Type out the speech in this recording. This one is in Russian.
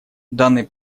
данный